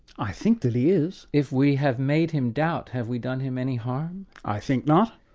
i think that he is. if we have made him doubt have we done him any harm? i think not.